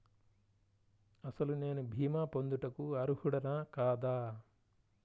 అసలు నేను భీమా పొందుటకు అర్హుడన కాదా?